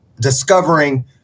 discovering